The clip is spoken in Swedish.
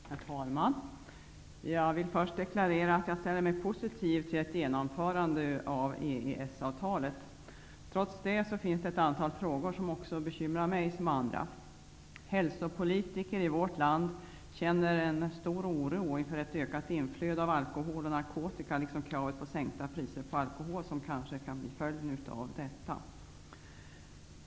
Herr talman! Jag vill först deklarera att jag ställer mig positiv till ett genomförande av EES-avtalet. Trots detta finns det ett antal frågor som bekymrar mig och även andra. Hälsopolitiker i vårt land känner en stor oro inför ett ökat inflöde av alkohol och narkotika liksom inför kravet på sänkta priser på alkohol, vilket kan bli följden av EES-avtalet.